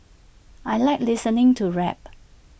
I Like listening to rap